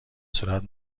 صورت